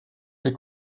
les